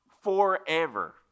forever